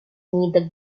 neither